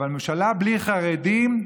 אבל ממשלה בלי חרדים?